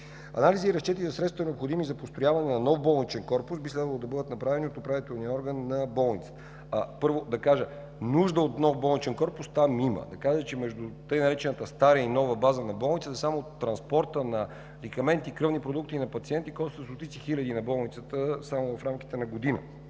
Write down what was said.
Анализи и разчети на средствата, необходими за построяване на нов болничен корпус би следвало да бъдат направени от управителния орган на болницата. Първо да кажа: нужда от нов болничен корпус там има, да кажа, че между така наречената стара и нова база на болницата само транспортът на медикаменти, на кръвни продукти и пациенти коства стотици хиляди на болницата само в рамките на годината